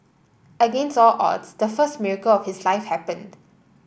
against all odds the first miracle of his life happened